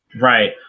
Right